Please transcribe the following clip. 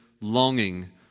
longing